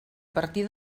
partir